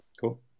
Cool